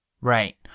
Right